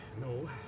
no